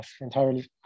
entirely